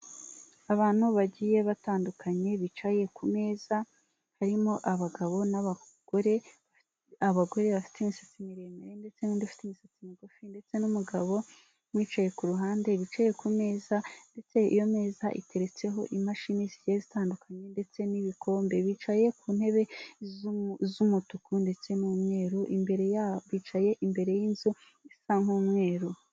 Abantu bagiye batandukanye bicaye ku meza harimo abagabo n'abagore, abagore bafite imisatsi miremire ndetse n'undi ufite imisatsi migufi ndetse n'umugabo wicaye ku ruhande. Bicaye ku meza ndetse iyo meza iteretseho imashini zigiye zitandukanye ndetse n'ibikombe, bicaye ku ntebe z'umutuku ndetse n'umweru. Imbere yabo bicaye imbere y'inzu isa nku'mweru.